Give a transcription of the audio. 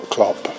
Klopp